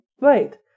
Right